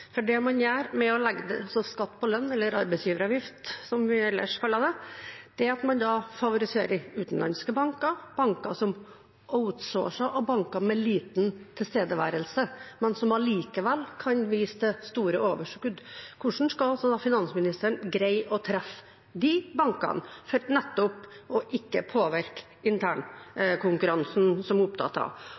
For det man gjør ved å legge det som skatt på lønn, eller arbeidsgiveravgift, som vi ellers kaller det, er at man favoriserer utenlandske banker, banker som outsourcer, og banker med liten tilstedeværelse, men som allikevel kan vise til store overskudd. Hvordan skal da finansministeren greie å treffe disse bankene, for nettopp ikke å påvirke internkonkurransen, som hun er opptatt av?